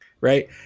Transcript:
right